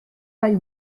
bei